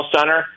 Center